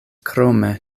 krome